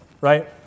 right